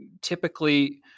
typically